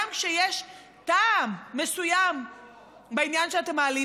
גם כשיש טעם מסוים בעניין שאתם מעלים?